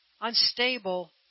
unstable